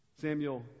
Samuel